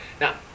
Now